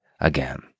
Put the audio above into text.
again